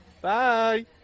Bye